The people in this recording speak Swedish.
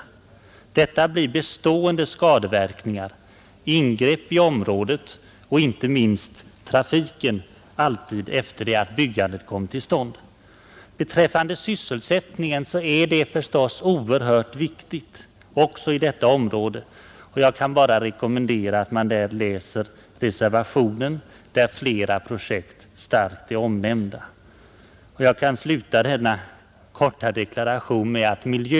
Det blir bestående skadeverkningar genom ingreppen i området och inte minst på grund av trafiken i all framtid efter det att byggandet kommit till stånd. Sysselsättningen är förstås oerhört viktig, också i detta område. Jag kan bara rekommendera att man läser reservationen till utskottsutlåtandet om Ritsem, vari flera sysselsättningsbefrämjande projekt mycket kraftigt framhålles. Jag vill sluta denna korta deklaration med att säga följande.